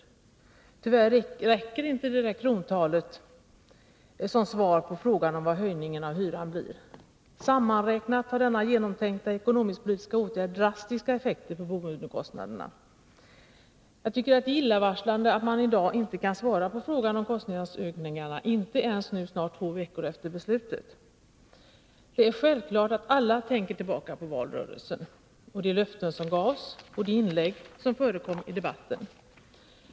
Men tyvärr räcker inte det krontalet som svar på frågan om vad höjningen av hyran blir. Sammanräknat har denna genomtänkta ekonomisk-politiska åtgärd drastiska effekter på boendekostnaderna. Det är illavarslande att man i dag inte kan svara på frågan om kostnadsökningarna, inte ens nu snart två veckor efter beslutet. Det är självklart att alla tänker tillbaka på valrörelsen, de löften som gavs och de inlägg som förekom i debatten.